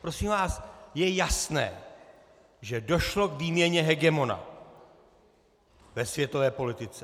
Prosím vás, je jasné, že došlo k výměně hegemona ve světové politice.